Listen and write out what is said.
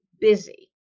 busy